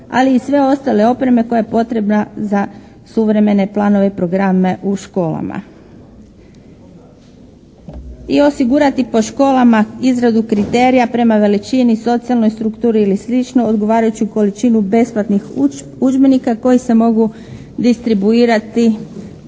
ali i sve ostale opreme koja je potrebna za suvremene planove i programe u školama i osigurati po školama izradu kriterija prema veličini, socijalnoj strukturi ili slično odgovarajuću količinu besplatnih udžbenika koji se mogu distribuirati